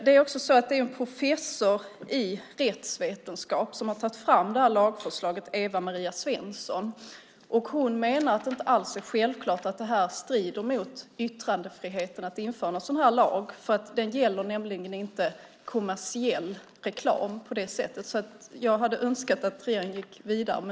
Det är en professor i rättsvetenskap som har tagit fram lagförslaget, Eva-Maria Svensson. Hon menar att det inte alls är självklart att det strider mot yttrandefriheten att införa en sådan lag. Den gäller nämligen inte kommersiell reklam på det sättet. Jag hade önskat att vi gick vidare.